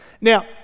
Now